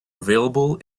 available